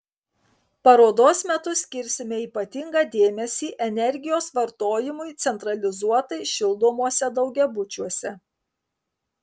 parodos metu skirsime ypatingą dėmesį energijos vartojimui centralizuotai šildomuose daugiabučiuose